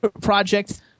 project